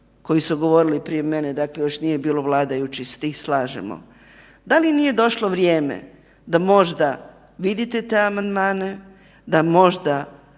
koji su govorili prije mene, dakle još nije bilo vladajućih s tim slažemo, da li nije došlo vrijeme da možda vidite te amandmane, da možda